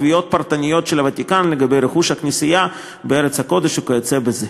תביעות פרטניות של הוותיקן לגבי רכוש הכנסייה בארץ הקודש וכיוצא בזה.